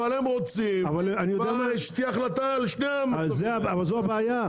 אבל הם רוצים שכבר תהיה החלטה על שני --- אבל זו הבעיה,